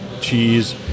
cheese